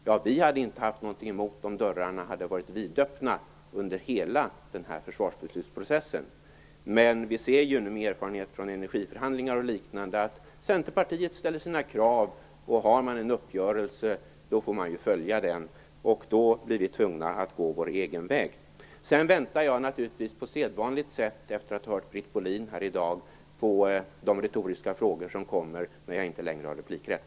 Ja, vi hade inte haft något emot om dörrarna hade varit vidöppna under hela den här försvarsbeslutsprocessen. Men vi ser ju, med erfarenhet från energiförhandlingar och liknande, att Centerpartiet ställer sina krav, och har man en uppgörelse får man ju följa den. Vi blir då tvungna att gå vår egen väg. Efter att ha hört Britt Bohlin tidigare i debatten väntar jag nu på sedvanligt sätt på de retoriska frågor som kommer när jag inte längre har replikrätt.